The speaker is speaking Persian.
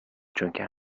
چونکه